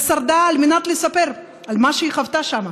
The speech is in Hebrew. ושרדה על מנת לספר על מה שהיא חוותה שם.